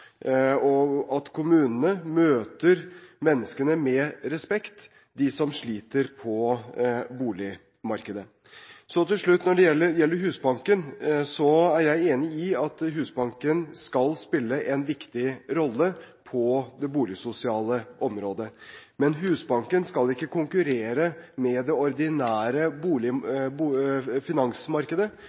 og at kommunene møter menneskene som sliter på boligmarkedet, med respekt. Så til slutt: Når det gjelder Husbanken, er jeg enig i at Husbanken skal spille en viktig rolle på det boligsosiale området, men Husbanken skal ikke konkurrere med det ordinære finansmarkedet.